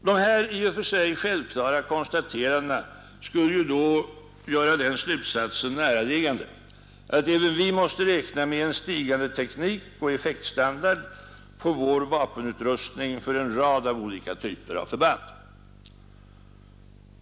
Dessa i och för sig självklara konstateranden skulle ju då göra den slutsatsen näraliggande att även vi måste räkna med en stigande teknisk standard och effektstandard på vår vapenutrustning för en rad olika typer av förband.